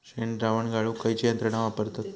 शेणद्रावण गाळूक खयची यंत्रणा वापरतत?